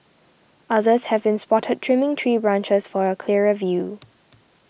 others have been spotted trimming tree branches for a clearer view